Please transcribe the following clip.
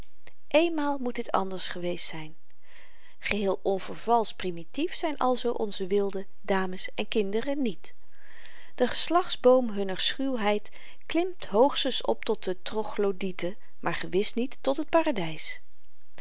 eenmaal moet dit anders geweest zyn geheel onvervalscht primitief zyn alzoo onze wilden dames en kinderen niet de geslachtsboom hunner schuwheid klimt hoogstens op tot de troglodieten maar gewis niet tot het paradys